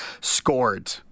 scored